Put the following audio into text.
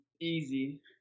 Easy